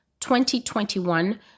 2021